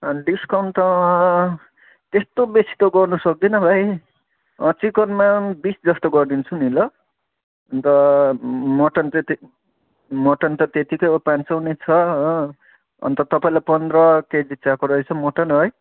discount त त्यस्तो बेसी त गर्नु सक्दिनँ भाइ चिकनमा बिस जस्तो गरिदिन्छु नि ल अन्त मटन त त्य मटन त त्यतिकै हो पाँच सय नै छ हो अन्त तपाईँलाई पन्ध्र केजी चाहिएको रहेछ मटन है